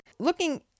Looking